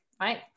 right